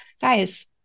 guys